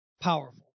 Powerful